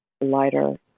lighter